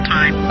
Time